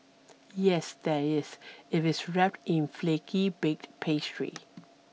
yes there is if it's wrapped in flaky baked pastry